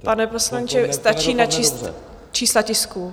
Pane poslanče, stačí načíst čísla tisků.